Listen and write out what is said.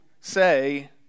say